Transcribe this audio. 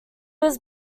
was